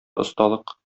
осталык